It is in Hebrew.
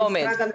לא עומד.